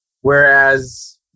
whereas